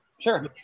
sure